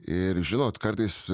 ir žinot kartais